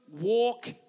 walk